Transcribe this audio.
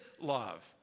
love